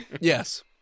Yes